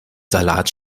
salat